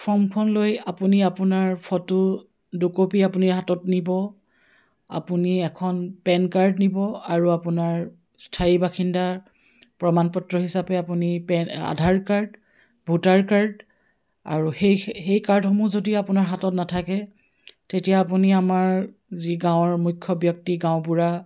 ফৰ্মখন লৈ আপুনি আপোনাৰ ফটো দুকপি আপুনি হাতত নিব আপুনি এখন পেন কাৰ্ড নিব আৰু আপোনাৰ স্থায়ী বাসিন্দাৰ প্ৰমাণ পত্ৰ হিচাপে আপুনি PAN Aadhaar card voter card আৰু সেই সেই কাৰ্ডসমূহ যদি আপোনাৰ হাতত নাথাকে তেতিয়া আপুনি আমাৰ যি গাঁৱৰ মুখ্য ব্যক্তি গাঁওবুঢ়া